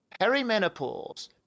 perimenopause